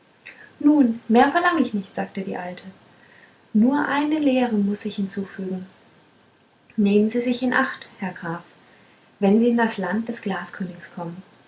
nun mehr verlang ich nicht sagte die alte nur eine lehre muß ich hinzufügen nehmen sie sich in acht herr graf wenn sie in das land des glaskönigs kommen